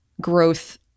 growth